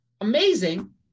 amazing